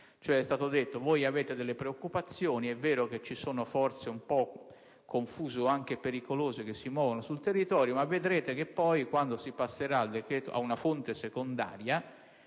cioè detto: avete delle preoccupazioni, è vero che ci sono forze un po' confuse o anche pericolose che si muovono sul territorio, ma vedrete che poi quando si passerà ad una fonte secondaria,